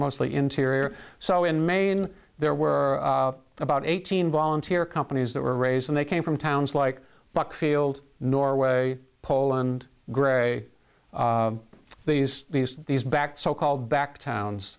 mostly interior so in maine there were about eighteen volunteer companies that were raised and they came from towns like buckfield norway poland gray these these these back so called back towns